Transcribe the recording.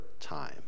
time